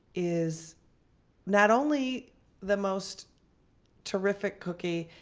is not only the most terrific cookie,